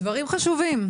דברים חשובים.